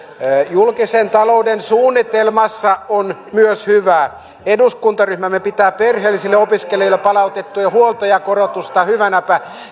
julkisen talouden suunnitelmassa on myös hyvää eduskuntaryhmämme pitää perheellisille opiskelijoille palautettua huoltajakorotusta hyvänä